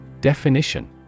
Definition